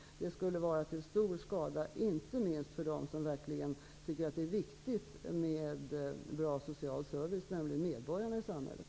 Det skulle vara till stor skada inte minst för dem som verkligen tycker att det är viktigt med bra social service, nämligen medborgarna i samhället.